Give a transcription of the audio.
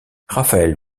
raphaël